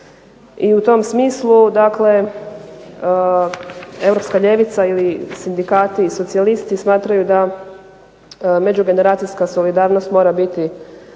I u tom smislu, dakle europska ljevica ili sindikati i socijalisti smatraju da međugeneracijska solidarnost mora biti